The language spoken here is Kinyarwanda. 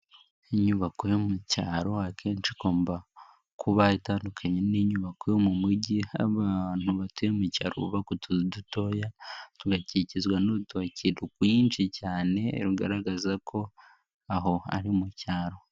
Inyubako yo mu cyaro akenshi igomba kuba itandukanye n'inyubako yo mu mujyi. Aho abantu batuye mu cyaro bubaka utuzu dutoya tugakikizwa n'urutoki rwinshi cyane, rugaragaza ko aho ari mu cyaro.